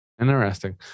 Interesting